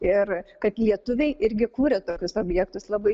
ir kad lietuviai irgi kuria tokius objektus labai